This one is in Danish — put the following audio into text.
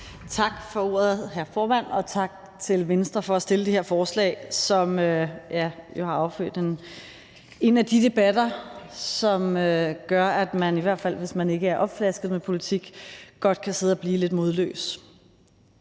Tak for ordet, hr. formand, og tak til Venstre for at fremsætte det her forslag, som jo har affødt en af de debatter, som gør, at man – i hvert fald hvis man ikke er opflasket med politik – godt kan sidde og blive lidt modløs.